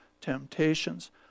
temptations